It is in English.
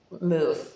move